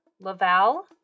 laval